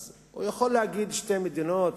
אז הוא יכול להגיד שתי מדינות,